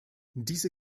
diese